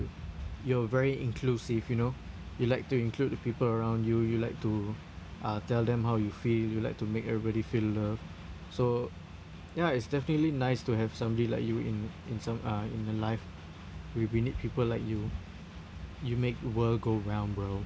you're very inclusive you know you like to include the people around you you like to uh tell them how you feel you like to make everybody feel loved so ya it's definitely nice to have somebody like you in in some in a life we we need people like you you make the world go round bro